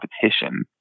competition